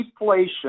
deflation